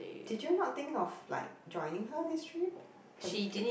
did you not think of like joining her this trip for this trip